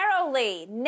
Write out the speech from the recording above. narrowly